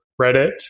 Reddit